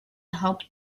help